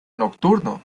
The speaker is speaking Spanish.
nocturno